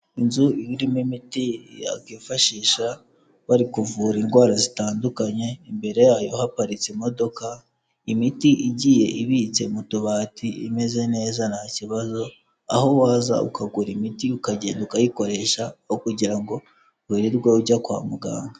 Inzu irimo imiti yakifashisha bari kuvura indwara zitandukanye, imbere yayo haparitse imodoka, imiti igiye ibitse mu tubati imeze neza nta kibazo, aho waza ukagura imiti ukagenda ukayikoresha, aho kugira ngo wirirwe ujya kwa muganga.